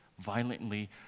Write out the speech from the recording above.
violently